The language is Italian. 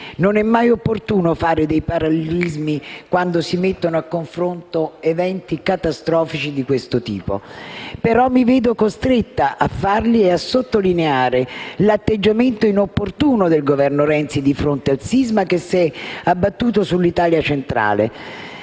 Non è mai opportuno fare dei parallelismi quando si mettono a confronto eventi catastrofici di questo tipo, ma mi trovo costretta a farli e a sottolineare l'atteggiamento inopportuno del Governo Renzi di fronte al sisma che si è abbattuto sull'Italia centrale.